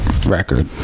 record